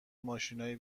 ماشینای